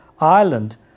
Ireland